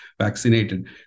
vaccinated